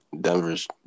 Denver's